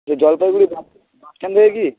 তো Jalpaiguri bus stand থেকে কী